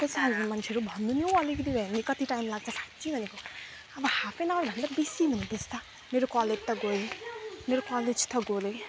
कस्तो खाल्के मान्छेहरू भन्नु नि हौ अलिकति कति टाइम लाग्छ साँच्चै भनेको अब हाफ एन आवर भन्दा बेसी भनेपछि मेरो कलेज त गयो मेरो कलेज त गयो